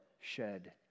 shed